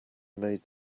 made